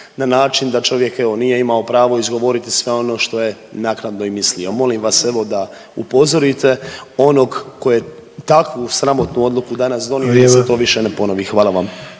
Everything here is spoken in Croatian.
na način da čovjek evo nije pravo izgovoriti sve ono što je naknadno i mislio. Molim vas evo da upozorite onog tko je takvu sramotnu odluku danas donio…/Upadica: Vrijeme/… i da se to više ne ponovi. Hvala vam.